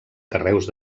carreus